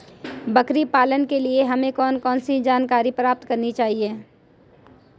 बकरी पालन के लिए हमें कौन कौन सी जानकारियां प्राप्त करनी चाहिए?